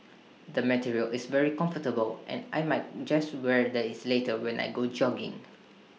the material is very comfortable and I might just wear that this later when I go jogging